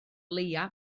leia